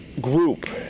group